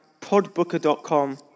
podbooker.com